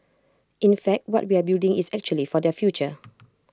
in fact what we are building is actually for their future